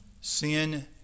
Sin